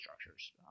structures